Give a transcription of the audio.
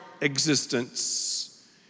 existence